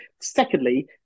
Secondly